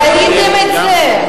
ראיתם את זה?